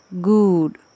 Good